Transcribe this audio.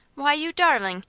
why, you darling!